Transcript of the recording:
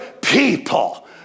people